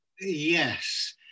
Yes